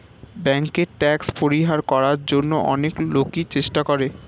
ব্যাংকে ট্যাক্স পরিহার করার জন্য অনেক লোকই চেষ্টা করে